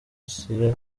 assia